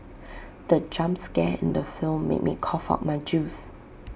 the jump scare in the film made me cough out my juice